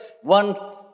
One